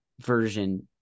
version